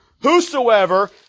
Whosoever